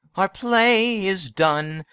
our play is done,